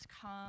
come